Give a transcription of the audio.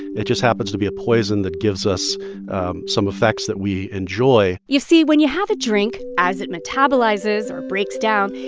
it just happens to be a poison that gives us some effects that we enjoy you see, when you have a drink, as it metabolizes or breaks down,